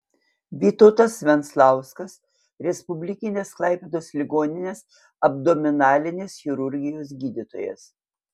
vytautas venclauskas respublikinės klaipėdos ligoninės abdominalinės chirurgijos gydytojas